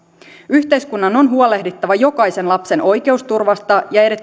yhteiskunnan on huolehdittava jokaisen lapsen oikeusturvasta ja